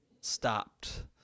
stopped